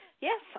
Yes